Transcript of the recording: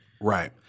Right